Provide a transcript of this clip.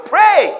Pray